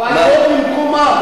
הוא אמר: עד ש אבל לא במקומם.